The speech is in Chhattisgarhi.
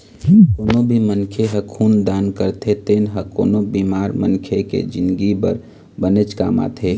कोनो भी मनखे ह खून दान करथे तेन ह कोनो बेमार मनखे के जिनगी बर बनेच काम आथे